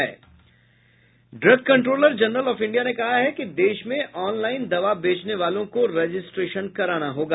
drug controller general of India ने कहा है कि देश में ऑनलाइन दवा बेचने वालों को रजिस्ट्रेशन कराना होगा